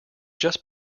just